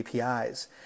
APIs